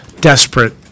desperate